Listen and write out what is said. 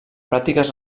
pràctiques